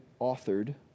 authored